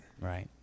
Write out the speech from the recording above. Right